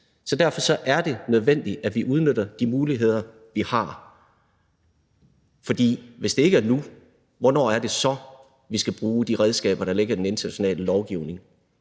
Derfor er det nødvendigt, at vi udnytter de muligheder, vi har. For hvis det ikke er nu, hvornår er det så, vi skal bruge de redskaber, der ligger i den internationale lovgivning?